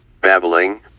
babbling